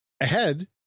ahead